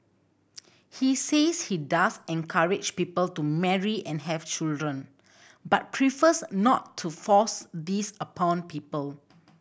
he says he does encourage people to marry and have children but prefers not to force this upon people